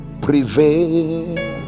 Prevail